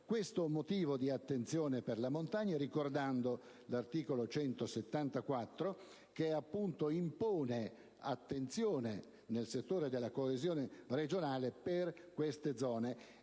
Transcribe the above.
questo motivo di attenzione per la montagna ricordando l'articolo 174, che impone attenzione nel settore della coesione regionale per queste zone,